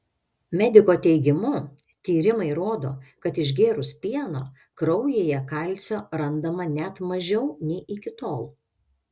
mediko teigimu tyrimai rodo kad išgėrus pieno kraujyje kalcio randama net mažiau nei iki tol